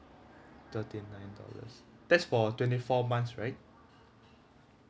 thirty nine dollars that's for twenty four months right